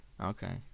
Okay